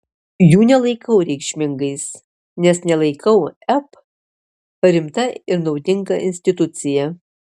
jų nelaikau reikšmingais nes nelaikau ep rimta ir naudinga institucija